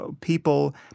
people